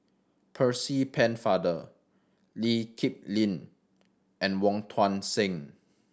Percy Pennefather Lee Kip Lin and Wong Tuang Seng